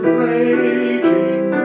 raging